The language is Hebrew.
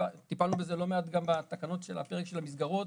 טיפלנו בזה לא מעט גם בתקנות של הפרק של המסגרות.